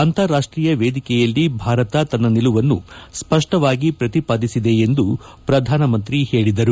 ಅಂತಾರಾಷ್ಟೀಯ ವೇದಿಕೆಯಲ್ಲಿ ಭಾರತ ತನ್ನ ನಿಲುವನ್ನು ಸ್ಪಷ್ಟವಾಗಿ ಪ್ರತಿಪಾದಿಸಿದೆ ಎಂದು ಪ್ರಧಾನಮಂತ್ರಿ ಹೇಳಿದರು